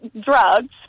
drugs